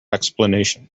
explanation